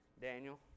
Daniel